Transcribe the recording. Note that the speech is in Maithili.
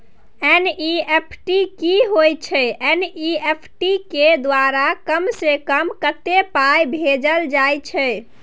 एन.ई.एफ.टी की होय छै एन.ई.एफ.टी के द्वारा कम से कम कत्ते पाई भेजल जाय छै?